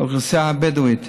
האוכלוסייה הבדואית.